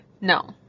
no